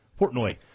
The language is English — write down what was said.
Portnoy